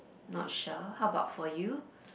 not sure how about for you